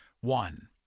one